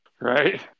Right